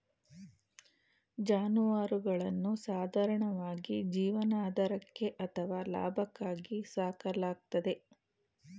ಜಾನುವಾರುಗಳನ್ನು ಸಾಧಾರಣವಾಗಿ ಜೀವನಾಧಾರಕ್ಕೆ ಅಥವಾ ಲಾಭಕ್ಕಾಗಿ ಸಾಕಲಾಗ್ತದೆ